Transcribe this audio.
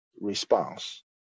response